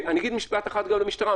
ואגיד משפט אחד גם למשטרה,